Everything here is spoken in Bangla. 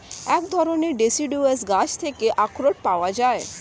এক ধরণের ডেসিডুয়াস গাছ থেকে আখরোট পাওয়া যায়